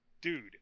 dude